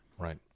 Right